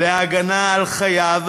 להגנה על חייו,